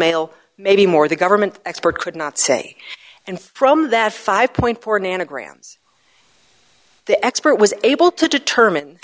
male maybe more the government expert could not say and from that five four nanograms the expert was able to determine